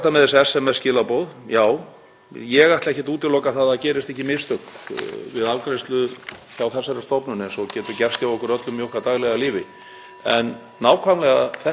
En nákvæmlega þetta dæmi sem var tekið, því mun verða eytt út með þeirri þjónustu sem verður í boði (Forseti hringir.) þar sem umsækjandi sjálfur heldur utan um allar upplýsingar og er í rauntíma að vinna með sín mál.